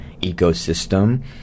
ecosystem